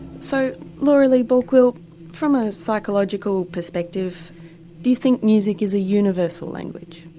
so laura lee balkwill from a psychological perspective do you think music is a universal language?